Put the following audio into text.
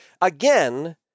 again